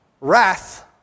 wrath